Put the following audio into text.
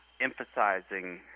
emphasizing